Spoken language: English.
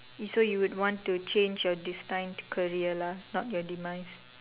is so you would want to change your destined time career lah not your demise